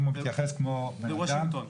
אם הוא מתייחס כמו בן אדם --- גם בוושינגטון.